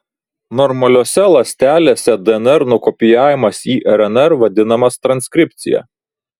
normaliose ląstelėse dnr nukopijavimas į rnr vadinamas transkripcija